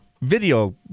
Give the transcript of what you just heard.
video